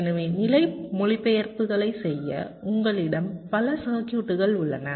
எனவே நிலை மொழிபெயர்ப்புகளைச் செய்ய உங்களிடம் பல சர்க்யூட்கள் உள்ளன